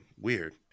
Weird